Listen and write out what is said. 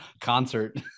Concert